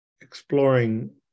exploring